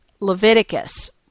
Leviticus